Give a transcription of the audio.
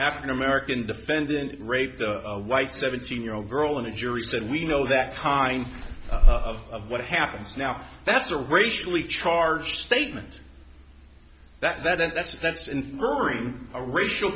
african american defendant raped a white seventeen year old girl and a jury said we know that kind of what happens now that's a racially charged statement that that and that's that's incurring a racial